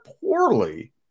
poorly